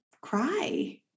cry